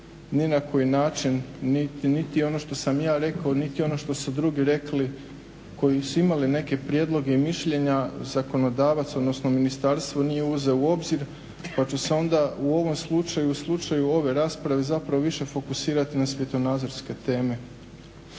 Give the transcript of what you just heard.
Ni na koji način, niti ono što sam ja rekao, niti ono što su drugi rekli koji su imali neke prijedloge i mišljenja zakonodavac, odnosno ministarstvo nije uzeo u obzir pa ću se onda u ovom slučaju, u slučaju ove rasprave zapravo više fokusirati na svjetonazorske teme